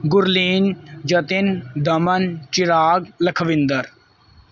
Gurleen Jatin Daman Chirag Lakhwinder